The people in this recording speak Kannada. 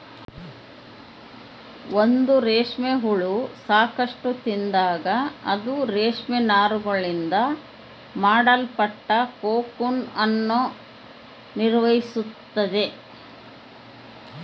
ಒಂದು ರೇಷ್ಮೆ ಹುಳ ಸಾಕಷ್ಟು ತಿಂದಾಗ, ಅದು ರೇಷ್ಮೆ ನಾರುಗಳಿಂದ ಮಾಡಲ್ಪಟ್ಟ ಕೋಕೂನ್ ಅನ್ನು ನಿರ್ಮಿಸ್ತೈತೆ